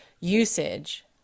usage